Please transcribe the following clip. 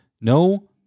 No